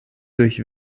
durch